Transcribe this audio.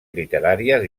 literàries